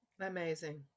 Amazing